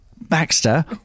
Baxter